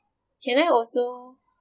can I also